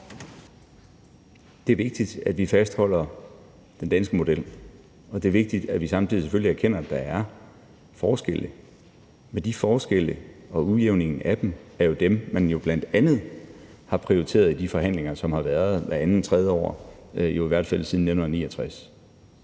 Det er vigtigt, at vi fastholder den danske model, og det er vigtigt, at vi samtidig selvfølgelig erkender, at der er forskelle. De forskelle og udjævningen af dem er jo det, man bl.a. har prioriteret i de forhandlinger, som har været hvert andet-tredje år, i hvert fald siden 1969.